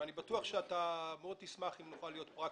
אני בטוח שתשמח מאוד אם כולנו פה נוכל להיות פרקטיים,